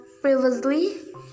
previously